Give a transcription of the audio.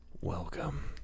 welcome